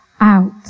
out